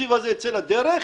התקציב הזה ייצא לדרך,